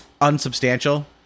unsubstantial